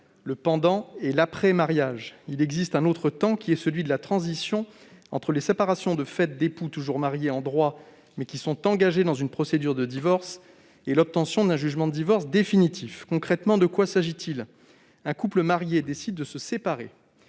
le pendant, et l'après-mariage. Il existe un autre temps encore, celui de la transition entre la séparation de fait d'époux toujours mariés en droit, mais engagés dans une procédure de divorce, et l'obtention d'un jugement de divorce définitif. Concrètement, de quoi est-il question ? Un couple marié décide de se séparer.